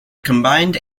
combined